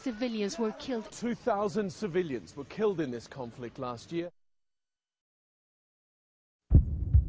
civilians were killed three thousand civilians were killed in this conflict last